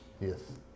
Yes